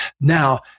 now